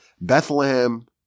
Bethlehem